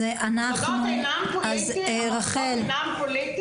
המוסדות אינם פוליטיים.